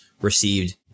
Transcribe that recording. received